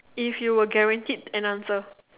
if you were guaranteed an answer